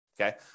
okay